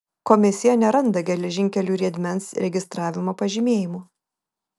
komisija neranda geležinkelių riedmens registravimo pažymėjimų